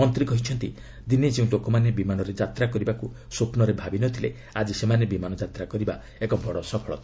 ମନ୍ତ୍ରୀ କହିଛନ୍ତି ଦିନେ ଯେଉଁ ଲୋକମାନେ ବିମାନରେ ଯାତ୍ରା କରିବାକୁ ସ୍ୱପ୍ନରେ ଭାବି ନ ଥିଲେ ଆଜି ସେମାନେ ବିମାନ ଯାତ୍ରା କରିବା ଏକ ବଡ଼ ସଫଳତା